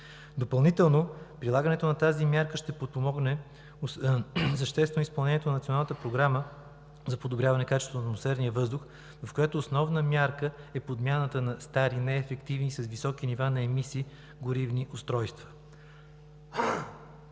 Допълнително прилагането на тази мярка ще подпомогне съществено изпълнението на Националната програма за подобряване качеството на атмосферния въздух, в което основна мярка е подмяната на стари, неефективни, с високи нива на емисии горивни устройства.